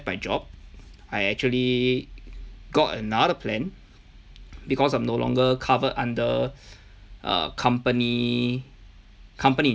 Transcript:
my job I actually got another plan because I'm no longer covered under uh company company